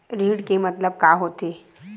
ऋण के मतलब का होथे?